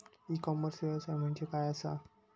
E commerce व्यवसाय म्हणजे काय असा?